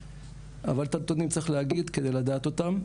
אבל את הנתונים צריך להגיד כדי לדעת אותם,